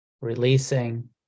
releasing